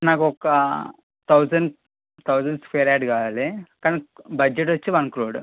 నాకు ఒక్క thousand thousand square yard కావాలి కానీ బడ్జెట్ వచ్చి వన్ క్రోడ్